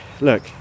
Look